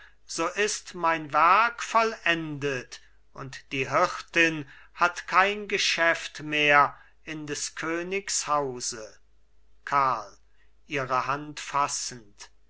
so ist mein werk vollendet und die hirtin hat kein geschäft mehr in des königs hause karl ihre hand fassend